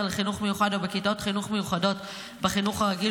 לחינוך מיוחד או בכיתות חינוך מיוחדות בחינוך הרגיל,